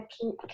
pink